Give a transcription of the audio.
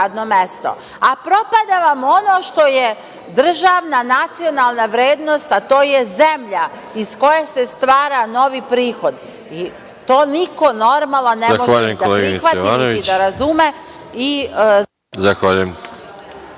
a propada vam ono što je državna nacionalna vrednost, a to je zemlja iz koje se stvara novi prihod. To niko normalan ne može da prihvati i da razume.